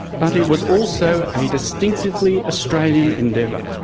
but it was also a distinctively australian endeavour,